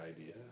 idea